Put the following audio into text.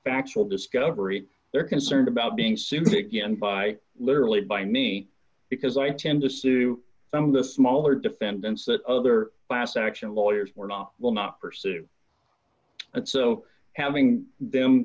will discovery they're concerned about being sued begin by literally by me because i tend to sue some of the smaller defendants that other class action lawyers were not will not pursue and so having them